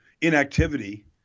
inactivity